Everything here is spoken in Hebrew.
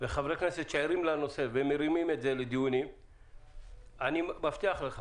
לחברי כנסת שערים לנושא ומרימים את זה לדיונים אני מבטיח לך